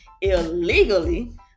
illegally